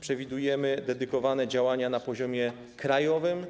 Przewidujemy dedykowane im działania na poziomie krajowym,